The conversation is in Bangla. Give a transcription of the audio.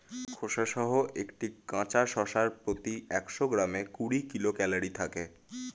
খোসাসহ একটি কাঁচা শসার প্রতি একশো গ্রামে কুড়ি কিলো ক্যালরি থাকে